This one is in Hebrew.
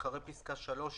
רק שנייה.